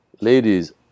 ladies